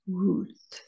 root